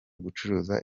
gucuruza